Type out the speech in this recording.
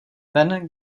ten